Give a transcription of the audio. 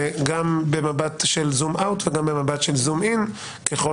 וגם במבט של zoom out וגם במבט של zoom in, ככל